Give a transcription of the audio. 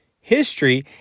history